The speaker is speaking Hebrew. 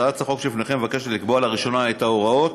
הצעת החוק שבפניכם מבקשת לקבוע לראשונה את ההוראות